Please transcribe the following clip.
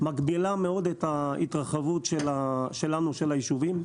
מגבילה מאוד את ההתרחבות שלנו של היישובים.